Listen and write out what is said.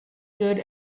good